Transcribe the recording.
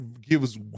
gives